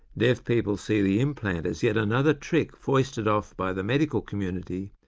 deaf people see the implant as yet another trick foisted off by the medical community,